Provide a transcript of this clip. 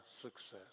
success